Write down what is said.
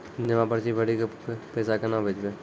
जमा पर्ची भरी के पैसा केना भेजबे?